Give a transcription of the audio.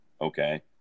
okay